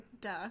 Duh